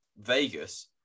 Vegas